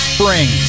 Spring